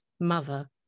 mother